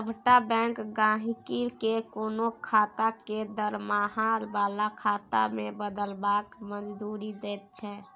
सभटा बैंक गहिंकी केँ कोनो खाता केँ दरमाहा बला खाता मे बदलबाक मंजूरी दैत छै